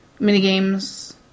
minigames